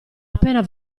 appena